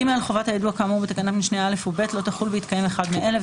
(ג) חובת היידוע כאמור בתקנת משנה (א) או (ב) לא תחול בהתקיים אחד מאלה,